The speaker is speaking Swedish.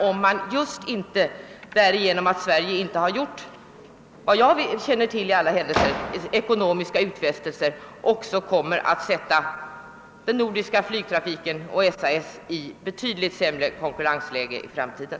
Om inte Sverige har gjort tillräckliga utfästelser kan den nordiska flygtrafiken och SAS på detta sätt komma i ett betydligt sämre konkurrensläge i framtiden.